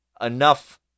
enough